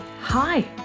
Hi